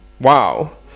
Wow